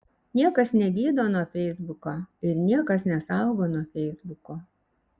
niekas negydo nuo feisbuko ir niekas nesaugo nuo feisbuko